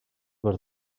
per